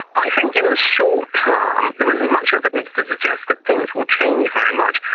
i think in the short term, there isn't much evidence to suggest that things will change very much.